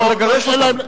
אי-אפשר לגרש אותם.